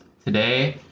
today